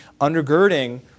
undergirding